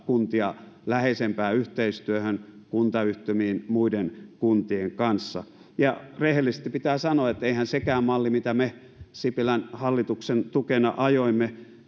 kuntia läheisempään yhteistyöhön kuntayhtymiin muiden kuntien kanssa rehellisesti pitää sanoa että eihän sekään malli mitä me sipilän hallituksen tukena ajoimme